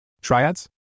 Triads